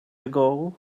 ago